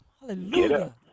Hallelujah